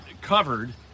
covered